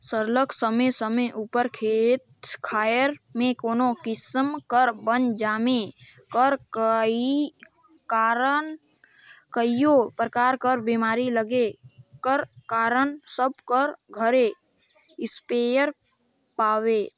सरलग समे समे उपर खेत खाएर में कोनो किसिम कर बन जामे कर कारन कइयो परकार कर बेमारी लगे कर कारन सब कर घरे इस्पेयर पाबे